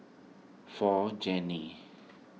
for Janae